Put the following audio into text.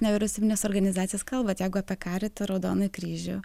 nevyriausybines organizacijas kalbat jeigu apie karitą raudonąjį kryžių